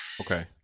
okay